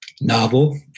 novel